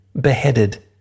beheaded